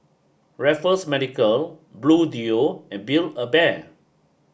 Raffles Medical Bluedio and Build a Bear